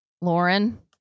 lauren